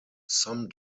some